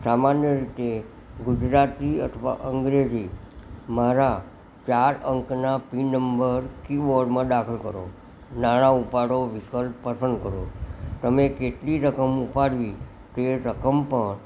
સામાન્ય રીતે ગુજરાતી અથવા અંગ્રેજી મારા ચાર અંકના પિન નંબર કી બોર્ડમાં દાખલ કરો નાણાં ઉપાડો વિકલ્પ પસંદ કરો તમે કેટલી રકમ ઉપાડવી તે રકમ પણ